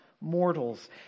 mortals